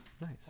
Nice